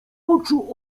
oczu